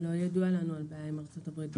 לא ידוע לנו על בעיה עם ארצות הברית.